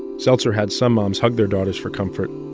seltzer had some moms hug their daughters for comfort.